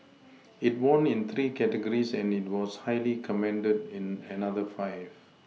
it won in three categories and was highly commended in another five